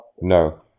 No